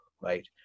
right